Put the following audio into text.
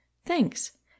Thanks